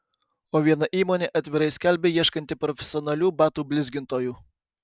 o viena įmonė atvirai skelbia ieškanti profesionalių batų blizgintojų